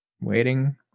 waiting